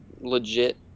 legit